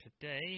today